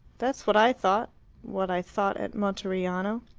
that's what i thought what i thought at monteriano.